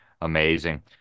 Amazing